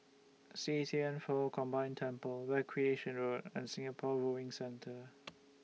See Thian Foh Combined Temple Recreation Road and Singapore Rowing Center